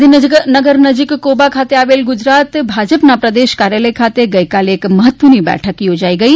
ગાંધીનગર નજીક કોબા ખાતે આવેલા ગુજરાત ભાજપ ના પ્રદેશ કાર્યાલય ખાતે ગઈકાલે એક મહત્વ ની બેઠક યોજાઇ ગઈ